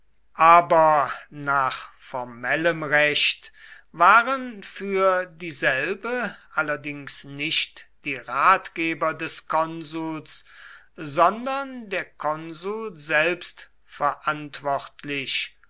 aber nach formellem recht waren für dieselbe allerdings nicht die ratgeber des konsuls sondern der konsul selbst verantwortlich